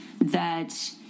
that-